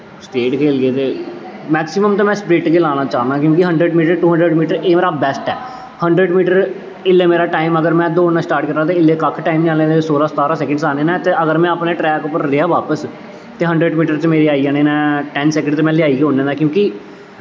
state खेलगे ते maximum ते में सपरिंट गै लाना चाह्न्ना क्योंकि हंडर्ड़ मीटर एह् बैस्ट ऐ हंड्रड़ मीटर इसले मेरा टाईम अगर इसले में दौड़ना स्टार्ट करां ते सोलां सतारां सैंकट आने न ते ते अगर में अपने ट्रैक पर रेहा बापस ते हंडर्ड़ मीटर च मेरे आई जाने न टैन सैंकट ते में लेआई गै ओड़ने न क्योंकि